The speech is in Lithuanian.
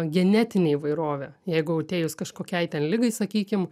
genetinė įvairovė jeigu atėjus kažkokiai ten ligai sakykim